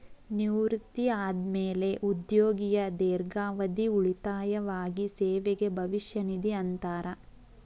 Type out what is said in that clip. ನಿವೃತ್ತಿ ಆದ್ಮ್ಯಾಲೆ ಉದ್ಯೋಗಿಯ ದೇರ್ಘಾವಧಿ ಉಳಿತಾಯವಾಗಿ ಸೇವೆಗೆ ಭವಿಷ್ಯ ನಿಧಿ ಅಂತಾರ